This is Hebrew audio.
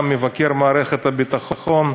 גם מבקר מערכת הביטחון,